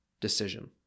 decision